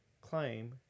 claim